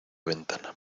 ventana